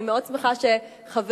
אני מאוד שמחה שחברתי,